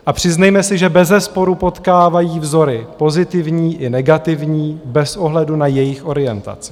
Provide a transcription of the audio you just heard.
A přiznejme si, že bezesporu potkávají vzory pozitivní i negativní bez ohledu na jejich orientaci.